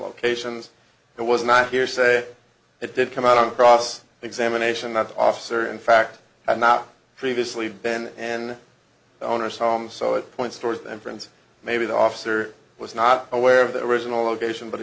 locations it was not hearsay it did come out on cross examination that officer in fact had not previously been an owner's home so it points towards the inference maybe the officer was not aware of the original location but